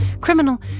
Criminal